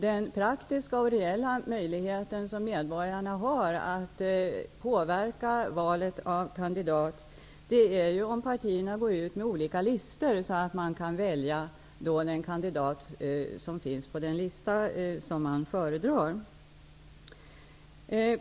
Den praktiska och reella möjlighet som medborgarna har att påverka valet av kandidat är de fall då partierna går ut med olika listor, så att man kan välja den lista där den kandidat som man föredrar finns med.